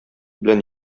белән